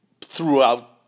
throughout